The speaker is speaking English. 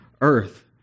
earth